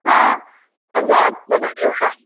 हा पंजाहु बटाटे वड़ा